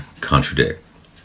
contradict